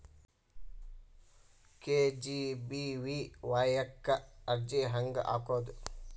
KGBVY ಕ್ಕ ಅರ್ಜಿ ಹೆಂಗ್ ಹಾಕೋದು?